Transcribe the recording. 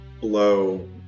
blow